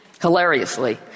Hilariously